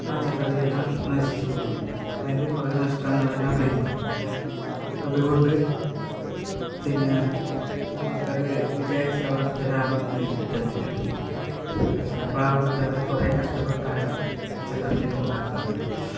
പച്ചക്കറിയെല്ലാം നശിച്ച് പോകുന്നു അതിൽ കുറേ നഷ്ടങ്ങളെല്ലാം വരുന്നു അതുകൊണ്ട് പിന്നെ നമുക്കത് വിചാരിച്ചത് പോലത്തെ ലാഭം അതിൽ കിട്ടുന്നില്ല പക്ഷേ പാവപ്പെട്ടവർ കുറേ കഷ്ടപ്പെട്ടാണ് പച്ചക്കറിയെല്ലാം ഉണ്ടാക്കുന്നത്